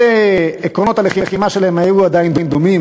שעקרונות הלחימה שלהם היו עדיין דומים